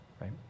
right